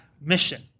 mission